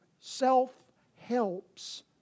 self-helps